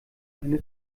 eine